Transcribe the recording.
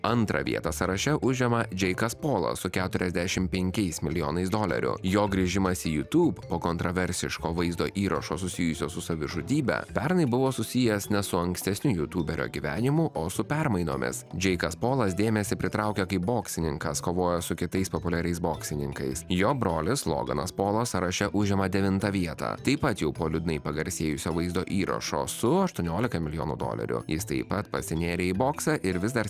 antrą vietą sąraše užima džeikas polas su keturiasdešim penkiais milijonais dolerių jo grįžimas į youtube po kontraversiško vaizdo įrašo susijusio su savižudybe pernai buvo susijęs ne su ankstesniu jutuberio gyvenimu o su permainomis džeikas polas dėmesį pritraukia kaip boksininkas kovojo su kitais populiariais boksininkais jo brolis loganas polas sąraše užima devintą vietą taip pat jau po liūdnai pagarsėjusio vaizdo įrašo su aštuoniolika milijonų dolerių jis taip pat pasinėrė į boksą ir vis dar